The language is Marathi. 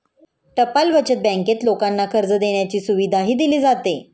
टपाल बचत बँकेत लोकांना कर्ज देण्याची सुविधाही दिली जाते